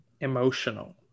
emotional